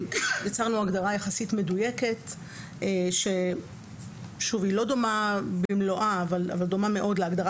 יצרנו הגדרה יחסית מדויקת שהיא לא דומה במלואה אבל דומה מאוד להגדרה